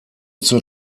zur